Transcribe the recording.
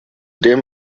dem